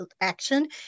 action